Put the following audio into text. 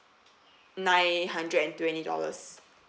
nine hundred and twenty dollars